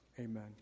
amen